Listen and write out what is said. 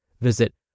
Visit